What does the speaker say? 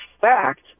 fact